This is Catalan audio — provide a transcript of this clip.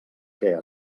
què